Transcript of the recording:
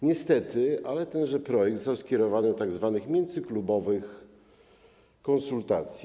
Niestety, ale tenże projekt został skierowany do tzw. międzyklubowych konsultacji.